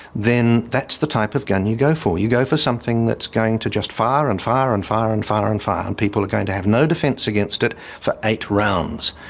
then that's the type of gun you go for. you go for something that's going to just fire and fire and fire and fire and fire. and people are going to have no defence against it for eight rounds.